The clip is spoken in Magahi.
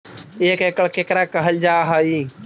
एक एकड़ केकरा कहल जा हइ?